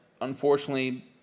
unfortunately